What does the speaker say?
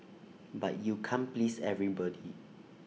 but you can't please everybody